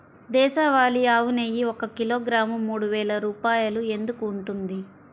దేశవాళీ ఆవు నెయ్యి ఒక కిలోగ్రాము మూడు వేలు రూపాయలు ఎందుకు ఉంటుంది?